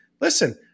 listen